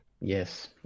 Yes